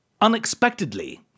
unexpectedly